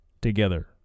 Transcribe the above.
together